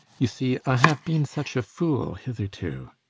you see, i have been such a fool hitherto.